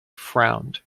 frowned